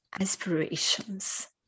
aspirations